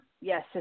yes